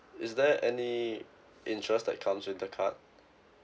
is there any interest that comes with the card